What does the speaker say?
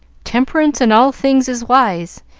temperance in all things is wise,